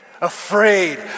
Afraid